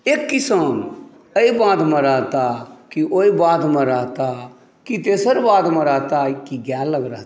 एक किसान एहि बाधमे रहताह कि ओहि बाधमे रहताह कि तेसर बाधमे रहताह कि गाय लग रहताह